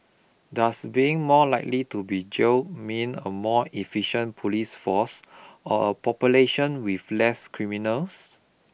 does being more likely to be jailed mean a more efficient police force or a population with less criminals